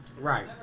Right